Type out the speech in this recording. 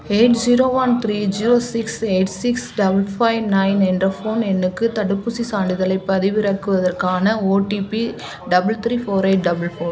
eight zero one three zero six eight six double five nine என்ற phone எண்ணுக்கு தடுப்பூசி சான்றிதழை பதிவிறக்குவதற்கான OTP double three four eight double four